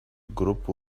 group